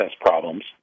problems